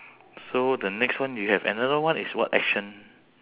so the next one you have another one it's what action